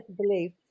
believe